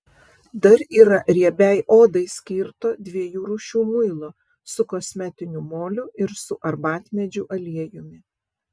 dar yra riebiai odai skirto dviejų rūšių muilo su kosmetiniu moliu ir su arbatmedžių aliejumi